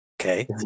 Okay